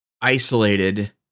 isolated